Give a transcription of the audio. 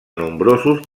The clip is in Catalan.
nombrosos